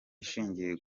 ishingiye